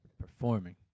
performing